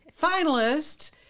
finalist